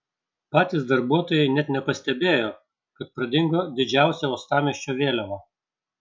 patys darbuotojai net nepastebėjo kad pradingo didžiausia uostamiesčio vėliava